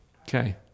Okay